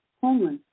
Homeless